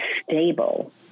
stable